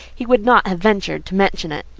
he would not have ventured to mention it.